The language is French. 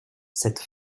cette